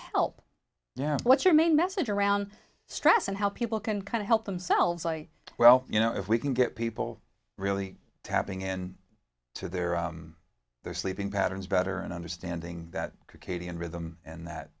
help yeah what's your main message around stress and how people can kind of help themselves like well you know if we can get people really tapping in to their their sleeping patterns better and understanding that